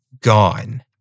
gone